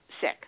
sick